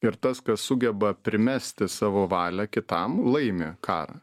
ir tas kas sugeba primesti savo valią kitam laimi karą